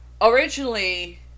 Originally